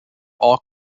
all